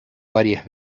varias